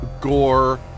gore